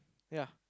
ya